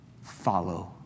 follow